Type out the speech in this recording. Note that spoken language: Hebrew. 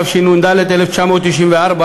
התשנ"ד 1994,